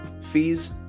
fees